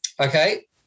okay